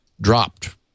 dropped